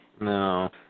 No